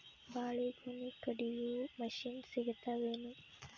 ಬಾಳಿಗೊನಿ ಕಡಿಯು ಮಷಿನ್ ಸಿಗತವೇನು?